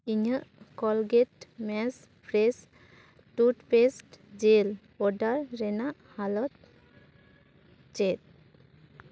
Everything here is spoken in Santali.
ᱤᱧᱟᱹᱜ Colgate max fresh toothpaste gel ᱚᱰᱟᱨ ᱨᱮᱱᱟᱜ ᱦᱟᱞᱚᱛ ᱪᱮᱫ